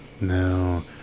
No